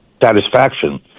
satisfaction